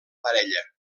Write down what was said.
parella